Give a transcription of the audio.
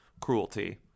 cruelty